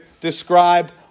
describe